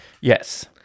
Yes